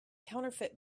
counterfeit